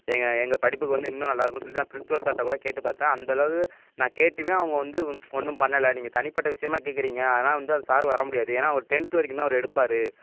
எங்கள் எங்கள் படிப்புக்கு வந்து இன்னும் நல்லாருக்குன்னு சொல்லிட்டு நான் பிரின்ஸ்பல் சார்கிட்ட கூட கேட்டு பார்த்தேன் அந்த அளவுக்கு நான் கேட்டுமே அவங்க வந்து ஒன்றும் பண்ணலை நீங்கள் தனிப்பட்ட விஷயமா கேட்கறீங்க அதெலாம் வந்து அந்த சார் வர முடியாது ஏன்னா அவரு டென்த்து வரைக்கும் தான் அவரு எடுப்பார்